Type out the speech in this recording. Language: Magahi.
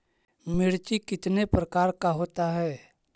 मिर्ची कितने प्रकार का होता है?